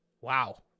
Wow